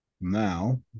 Now